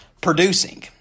producing